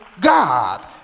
God